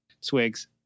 Swigs